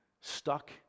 stuck